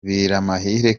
biramahire